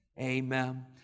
amen